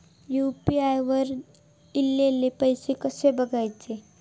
UPI वर ईलेले पैसे कसे बघायचे?